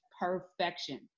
perfection